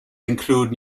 include